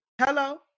Hello